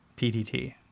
PDT